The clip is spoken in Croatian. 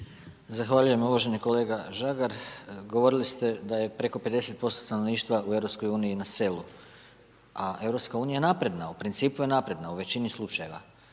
Zahvaljujem. Uvaženi kolega Žagar, govorili ste da je preko 50% stanovništva u EU-u na selu a EU je napredna, u principu je napredna, u većini slučajeva.